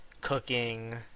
cooking